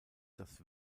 das